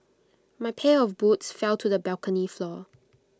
my pair of boots fell to the balcony floor